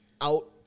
out